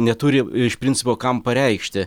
neturi iš principo kam pareikšti